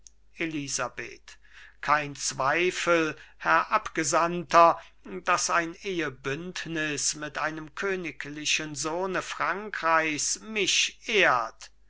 elisabeth kein zweifel herr abgesandter daß ein ehebündnis mit einem königlichen sohne frankreichs mich ehrt